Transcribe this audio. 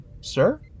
sir